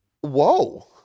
Whoa